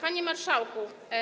Panie Marszałku!